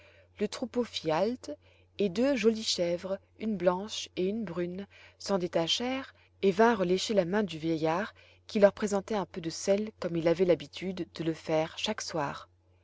le troupeau fit halte et deux jolies chèvres une blanche et une brune s'en détachèrent et vinrent lécher la main du vieillard qui leur présentait un peu de sel comme il avait l'habitude de le faire chaque soir